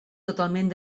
totalment